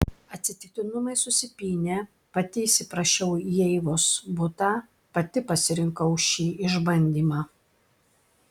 atsitiktinumai susipynė pati įsiprašiau į eivos butą pati pasirinkau šį išbandymą